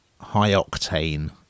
high-octane